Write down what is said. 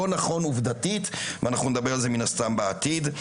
לא נכון עובדתית ואנחנו נדבר על זה מן הסתם בעתיד.